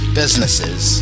businesses